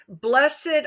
Blessed